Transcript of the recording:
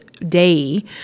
day